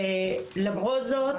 ולמרות זאת,